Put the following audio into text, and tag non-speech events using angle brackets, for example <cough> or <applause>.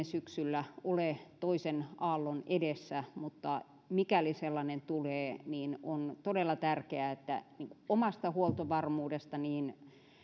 <unintelligible> syksyllä ole toisen aallon edessä mutta mikäli sellainen tulee niin on todella tärkeää että omasta huoltovarmuudesta